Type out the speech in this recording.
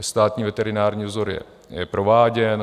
Státní veterinární vzor je prováděn.